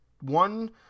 one